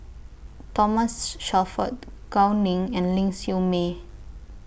Thomas Shelford Gao Ning and Ling Siew May